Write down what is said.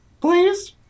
please